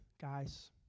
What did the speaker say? guys